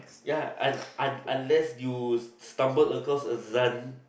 ya un~ un~ unless you stumble across a